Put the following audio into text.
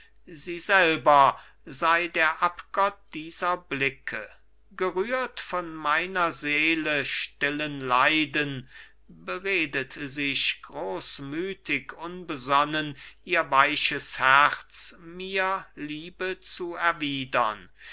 sie selber sei der abgott dieser blicke gerührt von meiner seele stillen leiden beredet sich großmütig unbesonnen ihr weiches herz mir liebe zu erwidern